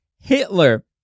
Hitler